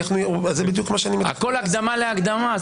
הכול הקדמה להקדמה.